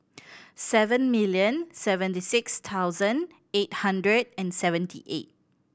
seven million seventy six thousand eight hundred and seventy eight